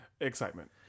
excitement